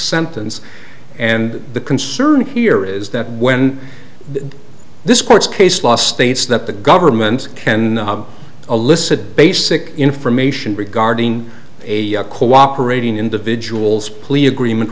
sentence and the concern here is that when this court's case law states that the government can elicit basic information regarding a cooperating individuals plea agreement